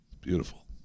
beautiful